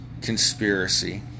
conspiracy